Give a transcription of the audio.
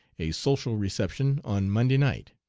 a social reception on monday night.